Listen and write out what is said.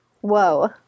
Whoa